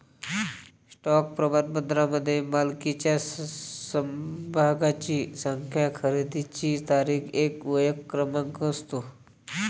stock प्रमाणपत्रामध्ये मालकीच्या समभागांची संख्या, खरेदीची तारीख, एक ओळख क्रमांक असतो